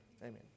Amen